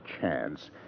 chance